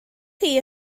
chi